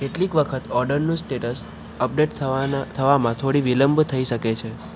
કેટલીક વખત ઓર્ડરનું સ્ટેટસ અપડેટ થવામાં થોડો વિલંબ થઈ શકે છે